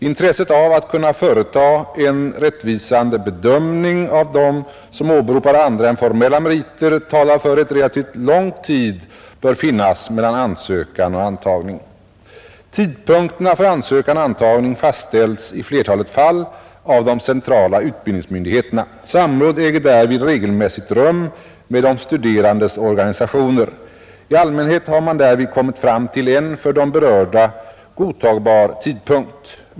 Intresset av att kunna företa en rättvisande bedömning av dem som åberopar andra än formella meriter talar för att relativt lång tid bör finnas mellan ansökan och antagning. Tidpunkterna för ansökan och antagning fastställs i flertalet fall av de centrala utbildningsmyndigheterna. Samråd äger därvid regelmässigt rum med de studerandes organisationer. I allmänhet har man därvid kommit fram till en för de berörda godtagbar tidpunkt.